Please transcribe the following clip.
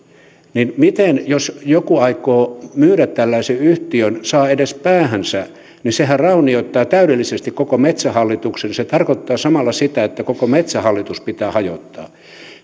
niin jos joku aikoo myydä tällaisen yhtiön saa edes päähänsä niin sehän raunioittaa täydellisesti koko metsähallituksen se tarkoittaa samalla sitä että koko metsähallitus pitää hajottaa